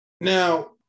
Now